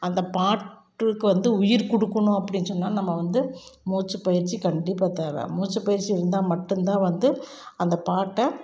அந்த பாட்டுக்கு வந்து உயிர் கொடுக்குணும் அப்படினு சொன்னால் நம்ம வந்து மூச்சுப்பயிற்சி கண்டிப்பாக தேவை மூச்சுப்பயிற்சி இருந்தால் மட்டும் தான் வந்து அந்த பாட்டை